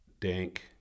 dank